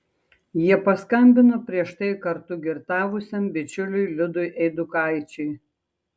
jie paskambino prieš tai kartu girtavusiam bičiuliui liudui eidukaičiui